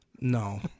No